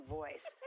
voice